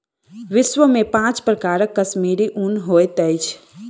विश्व में पांच प्रकारक कश्मीरी ऊन होइत अछि